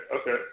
okay